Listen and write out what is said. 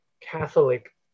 Catholic